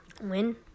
win